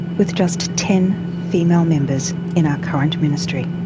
with just ten female members in our current ministry.